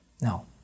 No